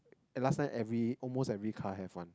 and last time every almost every car have one